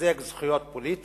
שחיזק זכויות פוליטיות